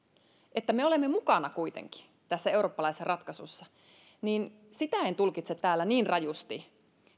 että me olemme kuitenkin mukana tässä eurooppalaisessa ratkaisussa en tulkitse täällä niin rajusti